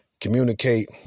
communicate